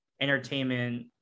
entertainment